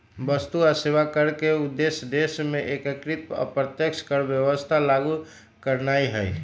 वस्तु आऽ सेवा कर के उद्देश्य देश में एकीकृत अप्रत्यक्ष कर व्यवस्था लागू करनाइ हइ